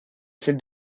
celle